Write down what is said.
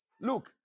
Look